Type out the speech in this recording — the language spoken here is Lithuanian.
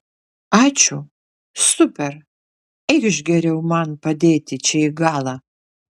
ačiū super eikš geriau man padėti čia į galą